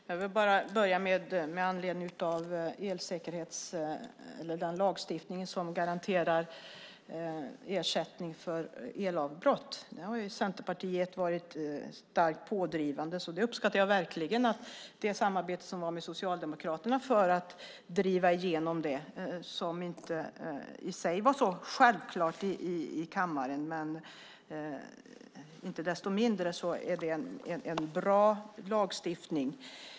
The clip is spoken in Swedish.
Herr talman! Centerpartiet har varit starkt pådrivande för att få fram den lagstiftning som garanterar ersättning för elavbrott. Jag uppskattar verkligen att Socialdemokraterna samarbetade för att driva igenom lagen. Det var inte så självklart i kammaren - men inte desto mindre en bra lagstiftning.